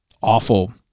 awful